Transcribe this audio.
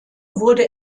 wurde